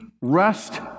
rest